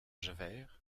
javert